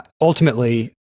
ultimately